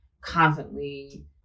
constantly